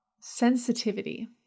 sensitivity